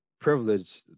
privilege